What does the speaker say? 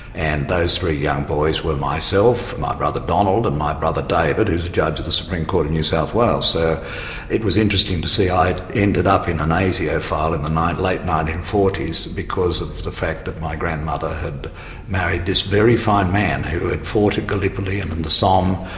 and those three young boys were myself, my brother donald and my brother david who's a judge of the supreme court in new south wales. so it was interesting to see i ended up in an asio file in the and late nineteen forty s because of the fact that my grandmother had married this very fine man who had fought at gallipoli and in the somme,